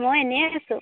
মই এনেই আছোঁ